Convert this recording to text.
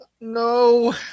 No